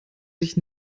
sich